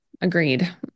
Agreed